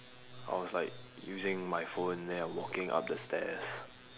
I was like using my phone then I walking up the stairs